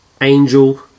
Angel